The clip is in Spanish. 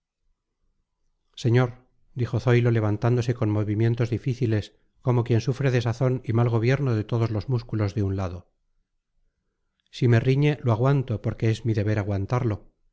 señor dijo zoilo levantándose con movimientos difíciles como quien sufre desazón y mal gobierno de todos los músculos de un lado si me riñe lo aguanto porque es mi deber aguantarlo